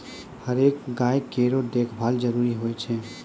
हरेक गाय केरो देखभाल जरूरी होय छै